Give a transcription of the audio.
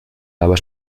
aber